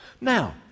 Now